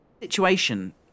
situation